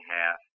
half